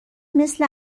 مثل